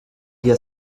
hier